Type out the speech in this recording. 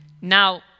Now